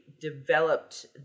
developed